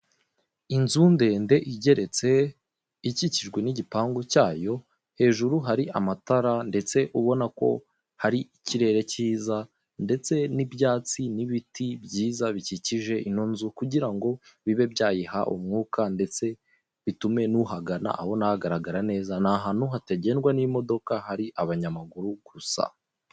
Inzu ndende igeretse, ikikijwe n'igipangu cyayo, hejuru hari amatara ndetse ubona ko hari ikirere cyiza ndetse n'ibyatsi n'ibiti byiza bikikije ino nzu kugira ngo bibe byayiha umwuka ndetse bitume n'uhagana abona hagaragara neza, ni ahantu hatagendwa n'imodoka, hari abanyamaguru gusa.